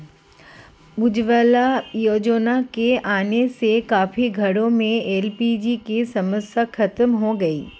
उज्ज्वला योजना के आने से काफी घरों में एल.पी.जी की समस्या खत्म हो गई